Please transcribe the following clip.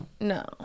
No